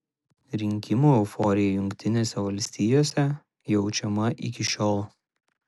rinkimų euforija jungtinėse valstijose jaučiama iki šiol